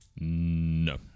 No